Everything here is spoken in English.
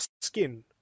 skin